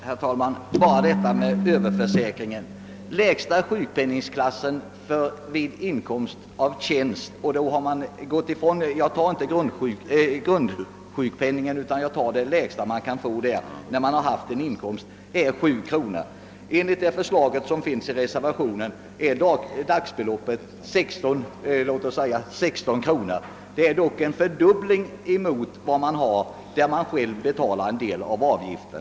Herr talman! Bara några ord om överförsäkringen. Den lägsta sjukpenningen vid inkomst av tjänst är 7 kronor. Jag tar här inte med grundsjukpenningen utan bara den lägsta ersättning man kan få, när man har haft inkomst av tjänst. Enligt förslaget i ifrågavarande reservation skulle dagbeloppet i stället bli 16 kronor. Det är dock dubbelt så mycket som man får, när man själv betalar en del av avgiften.